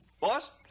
Boss